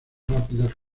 rápidas